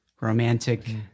romantic